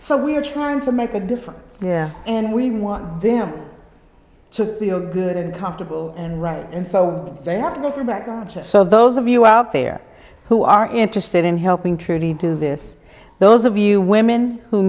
so we're trying to make a difference and we want them to feel good and comfortable and right and so they want to look for background checks so those of you out there who are interested in helping trudy do this those of you women who